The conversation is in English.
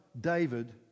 David